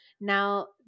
Now